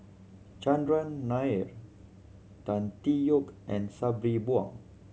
Chandran Nair Tan Tee Yoke and Sabri Buang